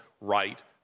right